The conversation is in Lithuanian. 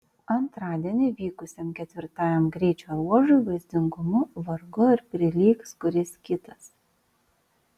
antradienį vykusiam ketvirtajam greičio ruožui vaizdingumu vargu ar prilygs kuris kitas